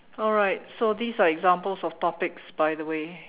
alright so these are examples of topics by the way